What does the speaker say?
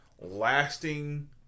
lasting